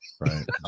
right